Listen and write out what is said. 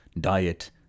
diet